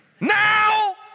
Now